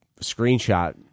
screenshot